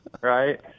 Right